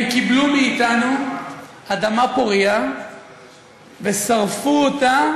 הם קיבלו מאתנו אדמה פורייה ושרפו אותה